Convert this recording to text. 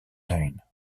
tuin